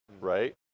right